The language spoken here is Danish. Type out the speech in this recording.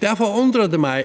Derfor undrer det mig,